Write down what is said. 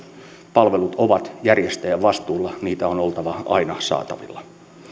palvelut ovat järjestäjän vastuulla niitä on oltava aina saatavilla